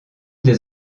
des